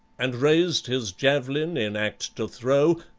and raised his javelin in act to throw,